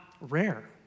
rare